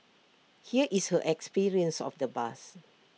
here is her experience of the bus